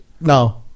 No